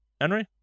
Henry